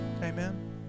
Amen